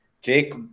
Jake